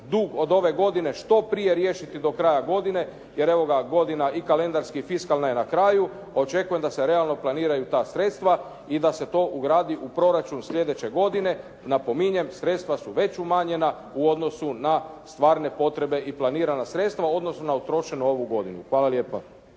dug od ove godine što prije riješiti do kraja godine, jer evo ga godina i kalendarski i fiskalna je na kraju. Očekujem da se realno planiraju ta sredstva i da se to ugradi u proračun sljedeće godine. Napominjem, sredstva su već umanjena u odnosu na stvarne potrebe i planirana sredstva u odnosu na utrošenu ovu godinu. Hvala lijepa.